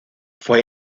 fue